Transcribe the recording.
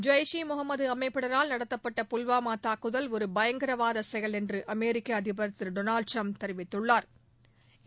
ஜெய்ஷ் இ முகமது அமைப்பினரால் நடத்தப்பட்ட புல்வாமா தாக்குதல் ஒரு பயங்கரவாத செயல் என்றுஅமெரிக்க அதிபா் திரு டொனால்டு டிரம்ப் தெரிவித்துள்ளாா்